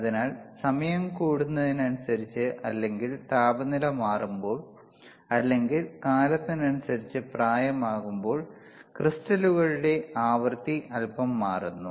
അതിനാൽ സമയം കൂടുന്നതിനനുസരിച്ച് അല്ലെങ്കിൽ താപനില മാറുമ്പോൾ അല്ലെങ്കിൽ കാലത്തിനനുസരിച്ച് പ്രായമാകുമ്പോൾ ക്രിസ്റ്റലുകളുടെ ആവൃത്തി അല്പം മാറുന്നു